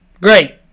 Great